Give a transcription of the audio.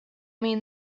mean